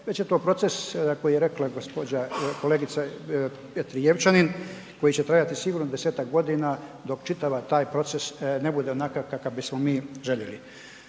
već je to proces koji je rekla gđa., kolegica Petrijevčanin, koji će trajati sigurno 10-tak godina dok čitav taj proces ne bude onakav kakav bismo mi željeli.